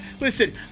listen